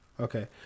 Okay